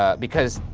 ah because,